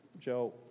Joe